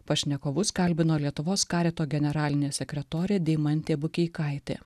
pašnekovus kalbino lietuvos karito generalinė sekretorė deimantė bukeikaitė